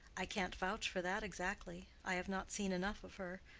i can't vouch for that exactly. i have not seen enough of her.